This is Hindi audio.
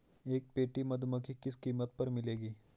एक पेटी मधुमक्खी किस कीमत पर मिलेगी?